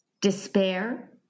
despair